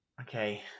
okay